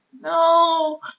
no